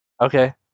Okay